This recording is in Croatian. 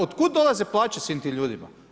Od kud dolaze plaće svim tim ljudima?